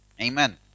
Amen